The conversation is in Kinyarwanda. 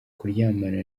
kuryamana